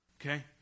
Okay